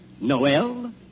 Noel